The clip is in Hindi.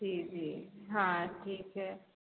जी जी हाँ ठीक है